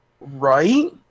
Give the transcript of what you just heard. Right